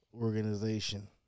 organization